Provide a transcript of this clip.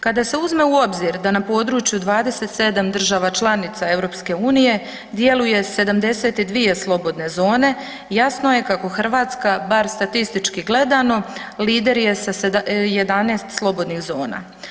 Kada se uzme u obzir da na području 27 država članica EU djeluje 72 slobodne zone, jasno je kako Hrvatska, bar statistički gledano, lider je sa 11 slobodnih zona.